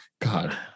God